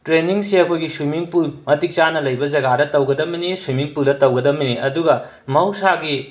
ꯇ꯭ꯔꯦꯟꯅꯤꯡꯁꯦ ꯑꯩꯈꯣꯏꯒꯤ swimming pool ꯃꯇꯤꯛ ꯆꯥꯅ ꯂꯩꯕ ꯖꯒꯗ ꯇꯧꯒꯗꯕꯅꯤ ꯁ꯭ꯋꯤꯝꯃꯤꯡ ꯄꯨꯜꯗ ꯇꯧꯒꯗꯕꯅꯤ ꯑꯗꯨꯒ ꯃꯍꯧꯁꯥꯒꯤ